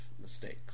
mistakes